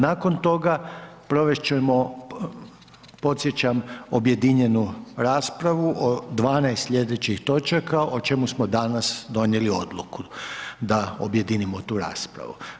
Nakon toga provest ćemo podsjećam objedinjenu raspravu od 12 slijedećih točaka o čemu smo danas donijeli odluku da objedinimo tu raspravu.